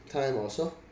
time or so